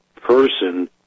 person